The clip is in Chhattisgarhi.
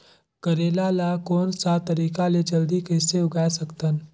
करेला ला कोन सा तरीका ले जल्दी कइसे उगाय सकथन?